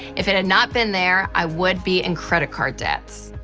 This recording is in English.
if it had not been there, i would be in credit card debt.